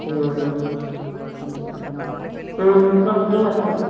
গোটৰ মিটিং আছে অঁ